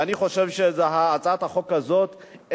ואני חושב שהצעת החוק הזאת,